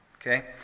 okay